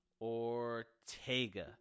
Ortega